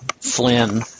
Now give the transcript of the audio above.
Flynn